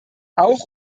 auch